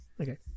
Okay